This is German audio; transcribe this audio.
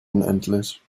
unendlich